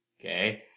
Okay